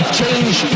change